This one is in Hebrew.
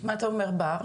משרד הבריאות,